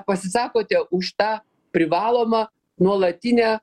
pasisakote už tą privalomą nuolatinę